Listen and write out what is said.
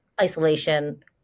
Isolation